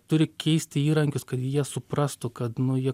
turi keisti įrankius kad jie suprastų kad nu jie